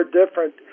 different